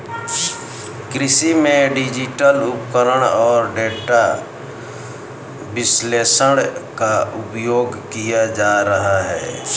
कृषि में डिजिटल उपकरण और डेटा विश्लेषण का उपयोग किया जा रहा है